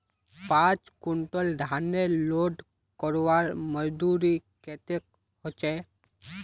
पाँच कुंटल धानेर लोड करवार मजदूरी कतेक होचए?